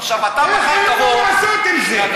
עכשיו, אתה מחר תבוא, איך אין מה לעשות עם זה?